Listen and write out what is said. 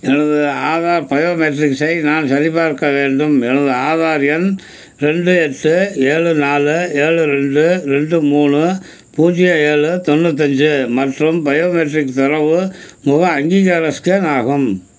எனது ஆதார் பயோமெட்ரிக்ஸை நான் சரிபார்க்க வேண்டும் எனது ஆதார் எண் ரெண்டு எட்டு ஏழு நாலு ஏழு ரெண்டு ரெண்டு மூணு பூஜ்ஜியம் ஏழு தொண்ணூத்தஞ்சு மற்றும் பயோமெட்ரிக் தரவு முக அங்கீகார ஸ்கேன் ஆகும்